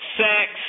sex